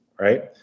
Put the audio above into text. right